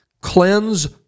cleanse